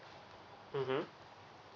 mmhmm